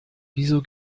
wieso